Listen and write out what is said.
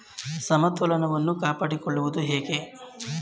ಸಮತೋಲನವನ್ನು ಕಾಪಾಡಿಕೊಳ್ಳುವುದು ಹೇಗೆ?